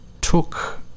took